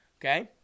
Okay